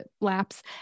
lapse